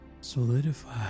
solidify